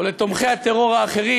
או לתומכי הטרור האחרים,